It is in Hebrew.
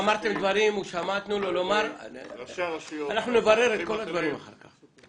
אנחנו נברר את כל הדברים אחר כך.